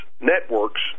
networks